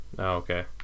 Okay